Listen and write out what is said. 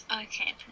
Okay